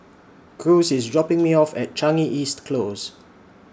Cruz IS dropping Me off At Changi East Close